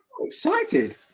excited